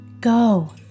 Go